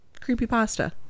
creepypasta